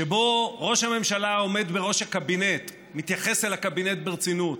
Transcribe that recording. שבו ראש הממשלה העומד בראש הקבינט מתייחס אל הקבינט ברצינות